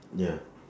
ya